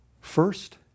first